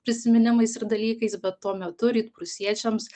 prisiminimais ir dalykais bet tuo metu rytprūsiečiams